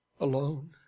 alone